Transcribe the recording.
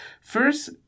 First